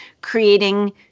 creating